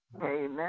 amen